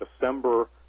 December